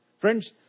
Friends